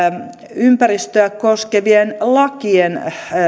ympäristöä koskevien lakien